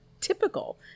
typical